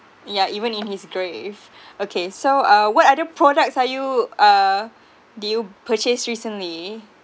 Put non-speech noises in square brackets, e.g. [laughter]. yeah even in his grave [breath] okay so uh what other products are you uh did you purchase recently